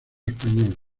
español